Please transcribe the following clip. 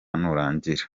nurangira